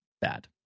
bad